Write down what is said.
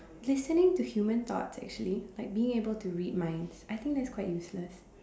listening to human thoughts actually like being able to read minds I think that's quite useless